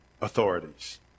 authorities